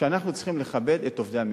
שאנחנו צריכים לכבד את עובדי המדינה.